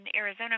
Arizona